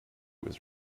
his